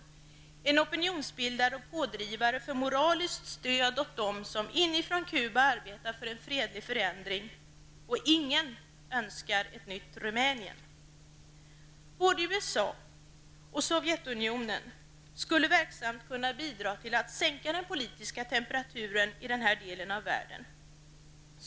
Det är en opinionsbildare och pådrivare för moraliskt stöd åt dem som inifrån Kuba arbetar för en fredlig förändring. Ingen önskar ett nytt Rumänien. Både USA och Sovjetunionen skulle verksamt kunna bidra till att sänka den politiska temperaturen i denna del av världen.